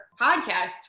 podcast